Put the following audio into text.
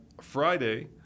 Friday